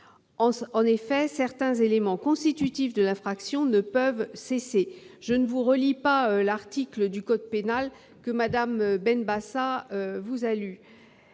En effet, certains éléments constitutifs de l'infraction ne peuvent cesser- je ne vous relis pas l'article du code pénal. Je ne vois pas